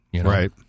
Right